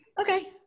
Okay